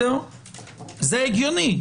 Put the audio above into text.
זה הגיוני.